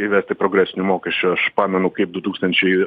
įvesti progresinių mokesčių aš pamenu kaip du tūkstančiai